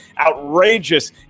outrageous